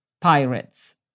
pirates